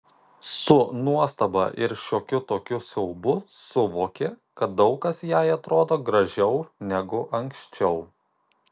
su nuostaba ir šiokiu tokiu siaubu suvokė kad daug kas jai atrodo gražiau negu anksčiau